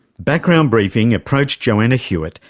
background briefing approached joanna hewitt,